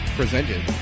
presented